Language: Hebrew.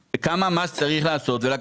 מה שאותנו צריך להטריד זה לא כמה מס ייכנס